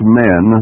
men